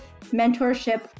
mentorship